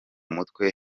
mutwe